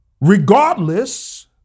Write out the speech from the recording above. regardless